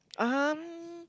um